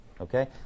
Okay